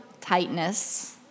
tightness